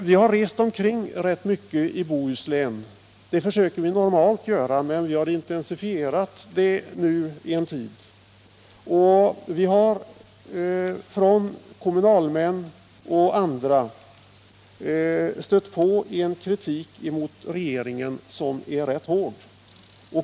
Vi har rest omkring rätt mycket i Bohuslän — det försöker vi normalt att göra, men vi har intensifierat det nu en tid — och vi har hos kommunalmän och andra stött på en kritik mot regeringen som är ganska hård.